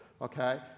Okay